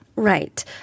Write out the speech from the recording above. Right